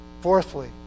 Fourthly